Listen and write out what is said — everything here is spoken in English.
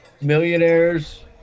millionaires